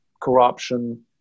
corruption